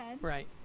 Right